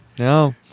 No